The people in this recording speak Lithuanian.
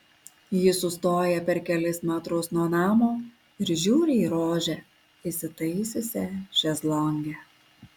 ji sustoja per kelis metrus nuo namo ir žiūri į rožę įsitaisiusią šezlonge